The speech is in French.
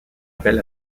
appel